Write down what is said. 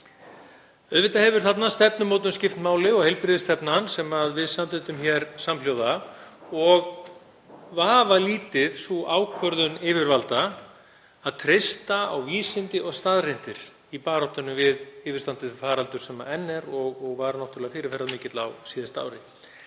hefur stefnumótun skipt máli þarna og heilbrigðisstefnan sem við samþykktum hér samhljóða og vafalítið sú ákvörðun yfirvalda að treysta á vísindi og staðreyndir í baráttunni við yfirstandandi faraldur sem enn er og var náttúrlega fyrirferðarmikill á síðasta ári.